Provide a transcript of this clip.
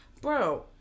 Bro